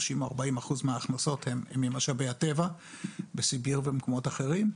30%-40% מההכנסות הם ממשאבי הטבע בסיביר ובמקומות אחרים,